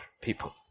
people